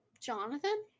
Jonathan